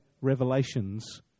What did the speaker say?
revelations